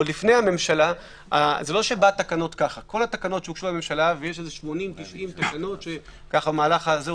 כל התקנות שהוגשו לממשלה ויש 90-80 תקנות שהותקנו במהלך הזמן